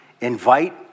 invite